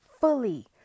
Fully